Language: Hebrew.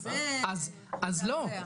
אז לא,